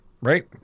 right